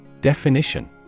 Definition